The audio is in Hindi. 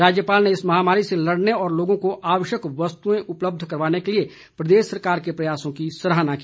राज्यपाल ने इस महामारी से लड़ने और लोगों को आवश्यक वस्तुएं उपलब्ध करवाने के लिए प्रदेश सरकार के प्रयासों की सरहाना की